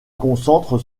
concentre